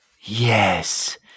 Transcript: yes